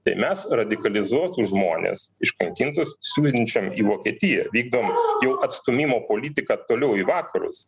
tai mes radikalizuotus žmones iškankintus siunčiam į vokietiją vykdom jau atstūmimo politiką toliau į vakarus